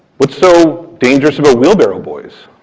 what's so dangerous about wheelbarrow boys?